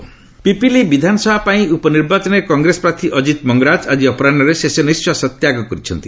କଂଗ୍ରେସ ପ୍ରାର୍ଥୀ ପିପିଲି ବିଧାନସଭା ପାଇଁ ଉପନିର୍ବାଚନରେ କଂଗ୍ରେସ ପ୍ରାର୍ଥୀ ଅଜିତ ମଙ୍ଗରାଜ ଆଜି ଅପରାହୁରେ ଶେଷ ନିଶ୍ୱାସ ତ୍ୟାଗ କରିଛନ୍ତି